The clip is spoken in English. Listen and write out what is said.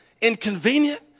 inconvenient